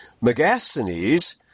Megasthenes